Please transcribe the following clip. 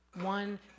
One